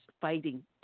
fighting